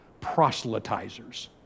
proselytizers